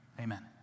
amen